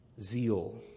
zeal